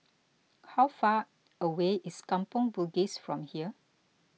how far away is Kampong Bugis from here